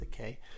okay